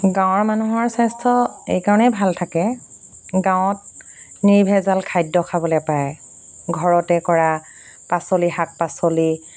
গাঁৱৰ মানুহৰ স্বাস্থ্য এই কাৰণেই ভাল থাকে গাঁৱত নিৰ্ভেজাল খাদ্য খাবলৈ পায় ঘৰতে কৰা পাচলি শাক পাচলি